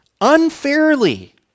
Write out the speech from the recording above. unfairly